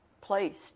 placed